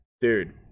dude